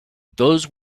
those